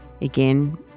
Again